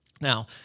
Now